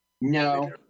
No